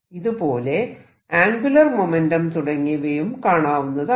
ഇതുപോലെ angular momentum തുടങ്ങിയവയും കാണാവുന്നതാണ്